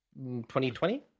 2020